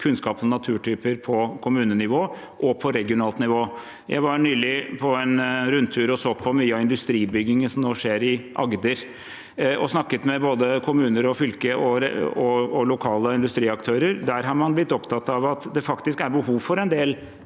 kunnskap om naturtyper på kommunenivå og på regionalt nivå. Jeg var nylig på en rundtur og så på mye av industribyggingen som nå skjer i Agder, og snakket med både kommuner, fylke og lokale industriaktører. Der har man blitt opptatt av at det faktisk er behov for en del